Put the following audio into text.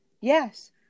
Yes